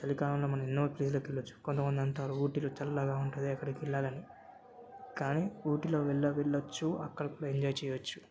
చలికాలంలో మనమెన్నో ప్లేసులకి వెళ్ళొచ్చు కొంతమందంటారు ఊటీలో చల్లగా ఉంటుంది అక్కడికెళ్ళాలని కానీ ఊటీలో వెళ్ళ వెళ్ళొచ్చు అక్కడ కూడా ఎంజాయ్ చేయొచ్చు